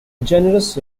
generous